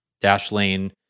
Dashlane